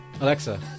Alexa